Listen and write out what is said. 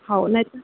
हो नाही तर